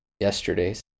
yesterday's